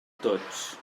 tots